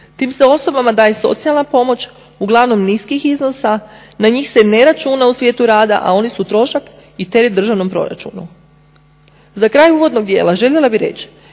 Tim se osobama daje socijalna pomoć uglavnom niskih iznosa, na njih se ne računa u svijetu rada, a oni su trošak i teret državnom proračunu. Za kraj uvodnog dijela željela bih reći